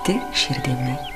tik širdimi